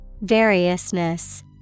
Variousness